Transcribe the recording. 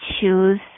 choose